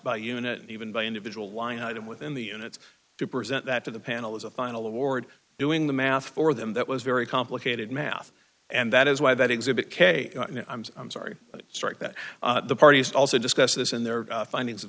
by unit and even by individual line item within the units to present that to the panel as a final award doing the math for them that was very complicated math and that is why that exhibit k i'm sorry strike that the parties also discuss this in their finding